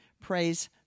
praise